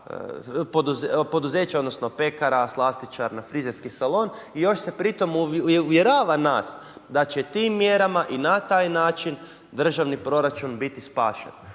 odnosno, pekara, slastičarna, frizerski salon i još se pri tome i uvjerava nas, da će tim mjerama i na taj način državni proračun biti spašen.